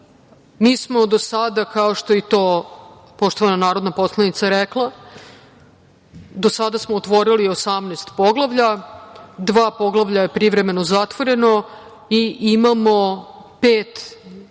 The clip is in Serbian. smo do sada, kao što je i rekla poštovana narodna poslanica, do sada smo otvorili 18 poglavlja, dva poglavlja su privremeno zatvorena i imamo pet